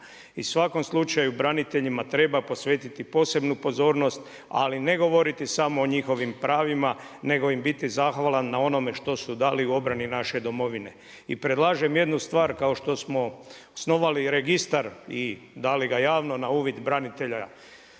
u svakom slučaju treba posvetiti posebnu pozornost ali ne govoriti samo o njihovim pravima nego im biti zahvalan na onome što su dali u obrani naše domovine. I predlažem jednu stvar, kao što smo osnovali registar i dali ga javno na uvid branitelja